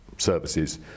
services